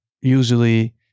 usually